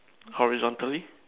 horizontally